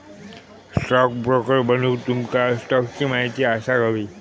stockbroker बनूक तुमका स्टॉक्सची महिती असाक व्हयी